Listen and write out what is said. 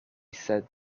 said